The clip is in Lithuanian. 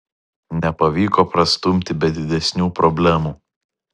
nepavyko prastumti be didesnių problemų